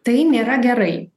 tai nėra gerai